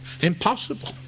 impossible